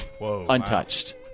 untouched